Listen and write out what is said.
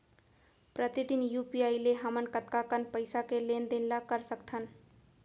प्रतिदन यू.पी.आई ले हमन कतका कन पइसा के लेन देन ल कर सकथन?